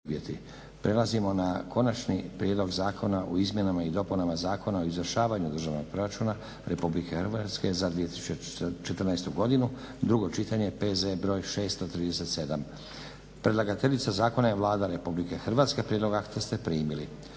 Prelazimo na: - Konačni prijedlog zakona o izmjenama i dopunama Zakona o izvršavanju Državnog proračuna Republike Hrvatske za 2014. godinu, drugo čitanje, P.Z. br. 637 Predlagateljica zakona je Vlada RH. Prijedlog akta ste primili.